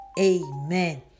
Amen